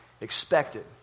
expected